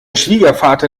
schwiegervater